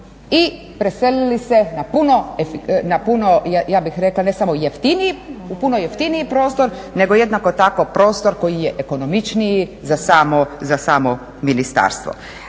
i preselili se na puno ja bih rekla ne samo jeftiniji, u puno jeftiniji prostor, nego jednako tako prostor koji je ekonomičniji za samo ministarstvo.